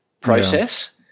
process